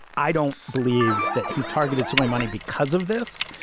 i don't believe that he targeted solely money because of this.